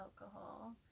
alcohol